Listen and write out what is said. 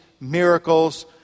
miracles